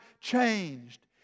changed